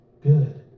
good